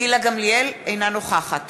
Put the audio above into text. אינה נוכחת